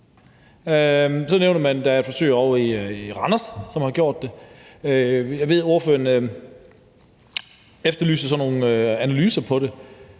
Så nævner man, at der er et forsøg ovre i Randers, som har gjort det. Jeg ved, at ordføreren efterlyser sådan nogle analyser på det.